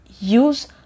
use